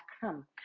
come